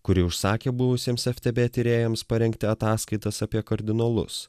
kurie užsakė buvusiems ftb tyrėjams parengti ataskaitas apie kardinolus